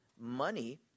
money